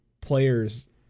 players